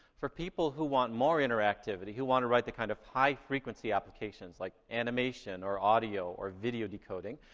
for people who want more interactivity, who want to write the kind of high frequency applications like animation or audio or video decoding,